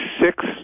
Six